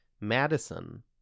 Madison